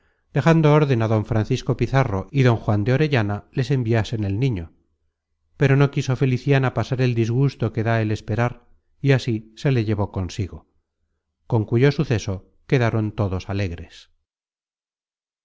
dejando órden á don francisco pizarro y don juan de orellana les enviasen el niño pero no quiso feliciana pasar el disgusto que da el esperar y así se le llevó consigo con cuyo suceso quedaron todos alegres